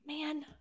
man